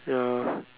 ya